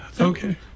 Okay